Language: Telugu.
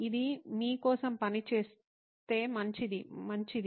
ఇది మీ కోసం పనిచేస్తే మంచిది మంచిది